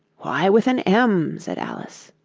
why with an m said alice.